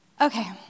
Okay